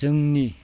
जोंनि